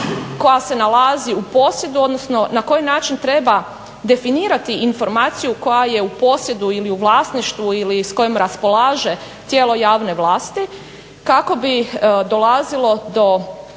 koja se nalazi u posjedu, odnosno na koji način treba definirati informaciju koja je u posjedu ili u vlasništvu ili s kojom raspolaže tijelo javne vlasti kako bi dolazilo do